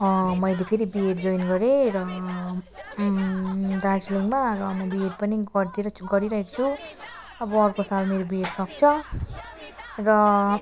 मैले फेरि BEd join गरेँ र दार्जिलिङमा र म बिएड पनि गरिदिई रहेछु गरिरहेको छु अब अर्को साल मेरो बीएड सक्छ र